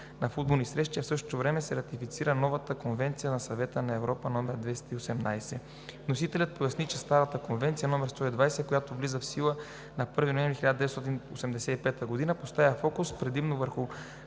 на футболни срещи, а в същото време се ратифицира новата конвенция на Съвета на Европа –№ 218. Вносителят поясни, че старата Конвенция № 120, която влиза в сила на 1 ноември 1985 г., поставя фокус предимно върху